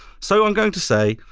so i'm going to say,